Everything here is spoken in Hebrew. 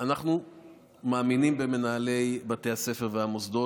אנחנו מאמינים במנהלי בתי הספר והמוסדות